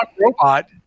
Robot